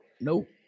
Nope